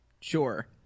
Sure